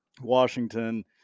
Washington